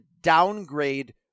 downgrade